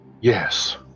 Yes